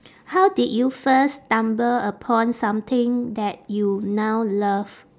how did you first stumble upon something that you now love